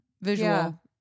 visual